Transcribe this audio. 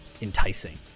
enticing